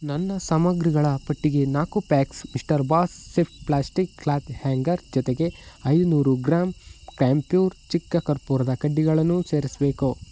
ನನ್ನ ಸಾಮಗ್ರಿಗಳ ಪಟ್ಟಿಗೆ ನಾಲ್ಕು packs mister boss swift plastic cloth hanger ಜೊತೆಗೆ ಐನೂರು ಗ್ರಾಂ ಕ್ಯಾಂಪ್ಯೂರ್ ಚಿಕ್ಕ ಕರ್ಪೂರದ ಕಡ್ಡಿಗಳನ್ನು ಸೇರಿಸಬೇಕು